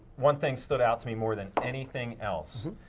one thing stood out to me more than anything else,